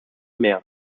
mehr